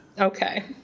Okay